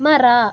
ಮರ